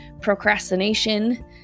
procrastination